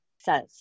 says